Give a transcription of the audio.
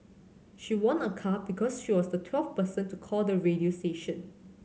she won a car because she was the twelfth person to call the radio station